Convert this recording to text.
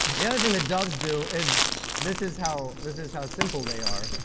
the other thing that doves do is this is how this is how simple they are.